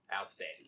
outstanding